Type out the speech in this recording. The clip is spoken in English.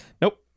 nope